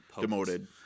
demoted